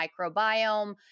microbiome